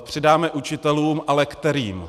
Přidáme učitelům, ale kterým?